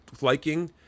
liking